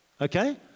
Okay